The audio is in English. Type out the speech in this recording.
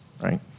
right